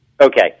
Okay